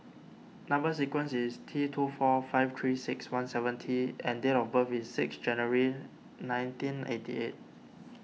Number Sequence is T two four five three six one seven T and date of birth is six January nineteen eighty eight